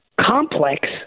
complex